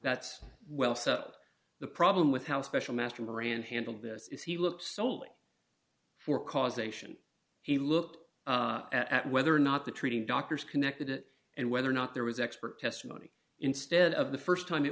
that's well so the problem with how special master moran handled this is he looks only for causation he looked at whether or not the treating doctors connected it and whether or not there was expert testimony instead of the st time it